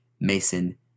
Mason